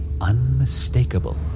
unmistakable